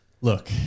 look